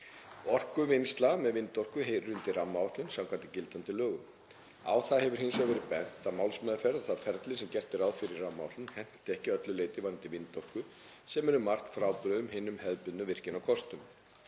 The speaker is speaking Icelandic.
Orkuvinnsla með vindorku heyrir undir rammaáætlun samkvæmt gildandi lögum. Á það hefur hins vegar verið bent að málsmeðferð og það ferli sem gert er ráð fyrir í rammaáætlun henti ekki að öllu leyti varðandi vindorku sem er um margt frábrugðin hinum hefðbundnu virkjunarkostum.